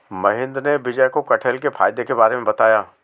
महेंद्र ने विजय को कठहल के फायदे के बारे में बताया